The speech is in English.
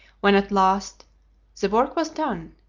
when at last the work was done,